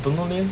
don't know leh